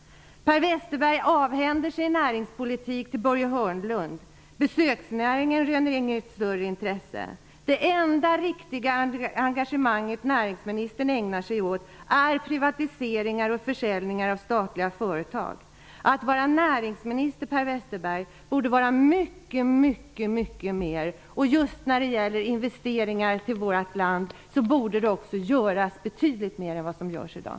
Per Westerberg avhänder sig näringspolitiskt ansvar till Börje Hörnlund. Besöksnäringen röner inget större intresse. Det enda riktiga engagemang som näringsministern har gäller privatiseringar och försäljningar av statliga företag. Att vara näringsminister, Per Westerberg, borde vara mycket mer. Just när det gäller investeringar till vårt land borde det också göras betydligt mer än vad som görs i dag.